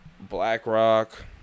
BlackRock